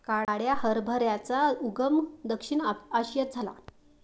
काळ्या हरभऱ्याचा उगम दक्षिण आशियात झाला